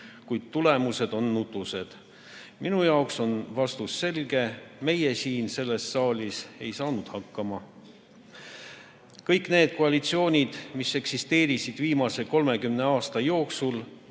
kuid tulemused on nutused. Minu jaoks on vastus selge: meie siin selles saalis ei saanud hakkama. Kõik need koalitsioonid, mis eksisteerisid viimase 30 aasta jooksul